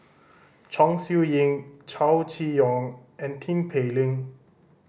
Chong Siew Ying Chow Chee Yong and Tin Pei Ling